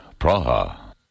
Praha